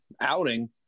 outing